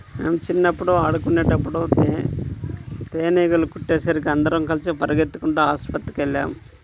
మేం చిన్నప్పుడు ఆడుకునేటప్పుడు తేనీగలు కుట్టేసరికి అందరం కలిసి పెరిగెత్తుకుంటూ ఆస్పత్రికెళ్ళాం